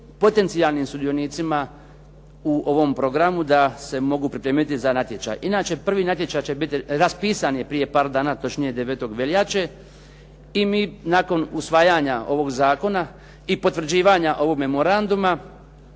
potencijalnim sudionicima u ovom programu da se mogu pripremiti za natječaj. Inače, prvi natječaj raspisan je prije par dan, točnije 9. veljače i mi, nakon usvajanja ovog zakona i potvrđivanja ovog memoranduma